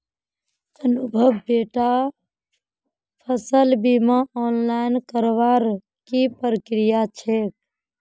अनुभव बेटा फसल बीमा ऑनलाइन करवार की प्रक्रिया छेक